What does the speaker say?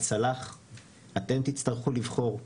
אתם תצטרכו לבחור.